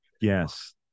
Yes